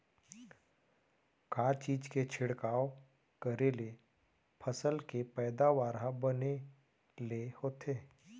का चीज के छिड़काव करें ले फसल के पैदावार ह बने ले होथे?